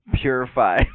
purify